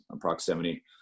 proximity